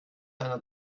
einer